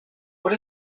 what